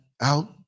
out